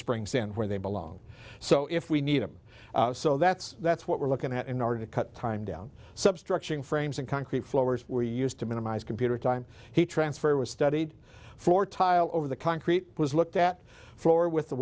springs in where they belong so if we need them so that's that's what we're looking at in order to cut time down substructure in frames and concrete floors were used to minimize computer time he transfer was studied for tile over the concrete was looked at floor with the